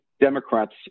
democrats